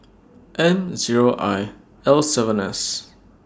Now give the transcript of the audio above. N Zero I L seven S